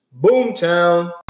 Boomtown